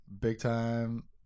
big-time